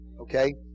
Okay